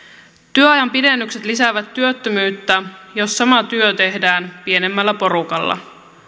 työajan pidennykset lisäävät työttömyyttä jos sama työ tehdään pienemmällä porukalla